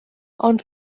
ond